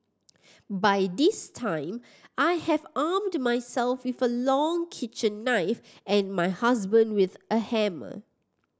by this time I have armed myself with a long kitchen knife and my husband with a hammer